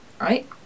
right